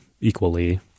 equally